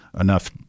enough